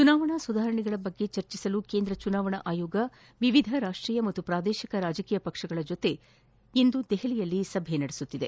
ಚುನಾವಣಾ ಸುಧಾರಣೆಗಳ ಕುರಿತು ಚರ್ಚಿಸಲು ಕೇಂದ್ರ ಚುನಾವಣಾ ಆಯೋಗ ವಿವಿಧ ರಾಷ್ಟೀಯ ಮತ್ತು ಪ್ರಾದೇಶಿಕ ರಾಜಕೀಯ ಪಕ್ಷಗಳ ಜೊತೆ ಇಂದು ದೆಹಲಿಯಲ್ಲಿ ಸಭೆ ನಡೆಸುತ್ತಿದೆ